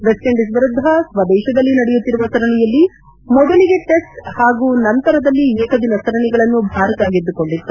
West Indies ವಿರುದ್ದ ಸ್ವದೇತದಲ್ಲಿ ನಡೆಯುತ್ತಿರುವ ಸರಣಿಯಲ್ಲಿ ಮೊದಲಿಗೆ ಟೆಸ್ಟ್ ಹಾಗೂ ನಂತರದಲ್ಲಿ ಏಕದಿನ ಸರಣಿಗಳನ್ನು ಭಾರತ ಗೆದ್ದುಕೊಂಡಿತ್ತು